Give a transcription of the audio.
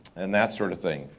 and that sorta thing.